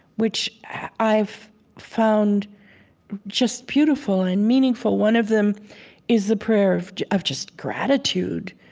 which i've found just beautiful and meaningful. one of them is the prayer of of just gratitude,